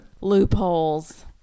Loopholes